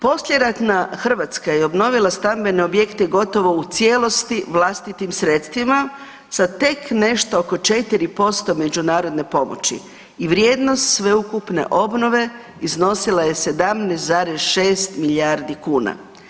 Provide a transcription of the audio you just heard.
Poslijeratna Hrvatska je obnovila stambene objekte gotovo u cijelosti vlastitim sredstvima sa tek nešto oko 4% međunarodne pomoći i vrijednost sveukupne obnove iznosila je 17,6 milijardi kuna.